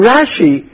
Rashi